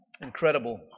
Incredible